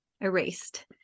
erased